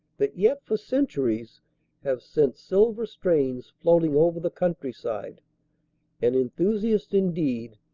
that yet for centuries have sent silver strains float ing over the countryside an enthusiast indeed,